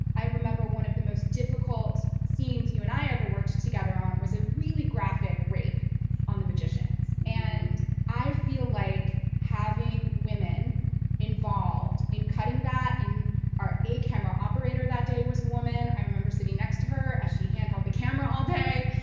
i remember one of the most difficult scenes you and i ever worked together on was a really graphic rape on the magician's. and i feel like having women involved in cutting that, in our a camera operator that day was woman. i remember sitting next to her as she hand-held the camera all day.